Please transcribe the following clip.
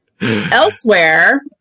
Elsewhere